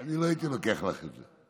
אני לא הייתי לוקח לך את זה.